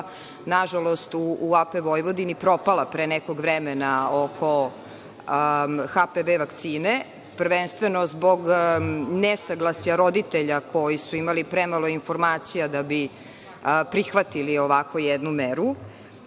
nažalost, u AP Vojvodini propala pre nekog vremena oko HPV vakcine, prvenstveno zbog nesaglasja roditelja koji su imali premalo informacija da bi prihvatili ovakvu jednu meru? Što